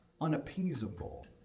unappeasable